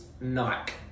Nike